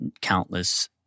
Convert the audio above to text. countless